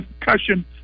concussion